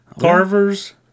Carvers